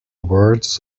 words